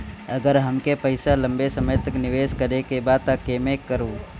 अगर हमके पईसा लंबे समय तक निवेश करेके बा त केमें करों?